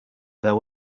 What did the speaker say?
there